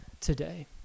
today